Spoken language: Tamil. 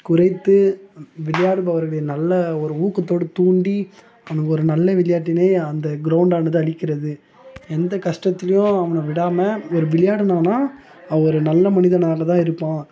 குறைத்து வி விளையாடுபவர்களை நல்ல ஒரு ஊக்கத்தோடு தூண்டி அந்த ஒரு நல்ல விளையாட்டினை அந்த கிரௌண்ட்டானது அளிக்கிறது எந்த கஷ்டத்திலையும் அவனை விடாமல் அவர் விளையாடுனான்னா அவரு நல்ல மனிதனாக தான் இருப்பான்